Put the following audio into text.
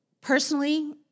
Personally